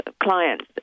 Clients